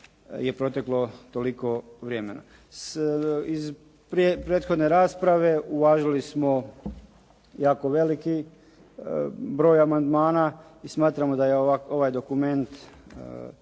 je proteklo toliko vremena. Iz prethodne rasprave uvažili smo jako veliki broj amandmana i smatramo da je ovaj dokument